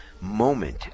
moment